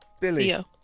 Billy